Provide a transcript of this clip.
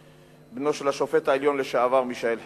בנו של השופט העליון לשעבר מישאל חשין.